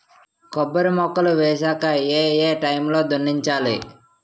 కొబ్బరి మొక్కలు వేసాక ఏ ఏ టైమ్ లో దున్నించాలి?